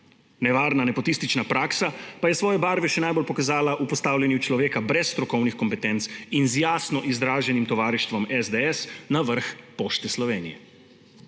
Nevarna nepotistična praksa pa je svoje barve še najbolj pokazala v postavljanju človeka brez strokovnih kompetenc in z jasno izraženim tovarištvom SDS na vrh Pošte Slovenije.